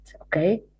okay